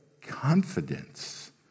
confidence